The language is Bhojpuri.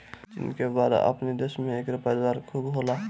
चीन के बाद अपनी देश में एकर पैदावार खूब होला